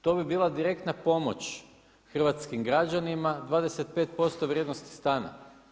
To bi bila direktna pomoć hrvatskim građanima, 25% vrijednosti stana.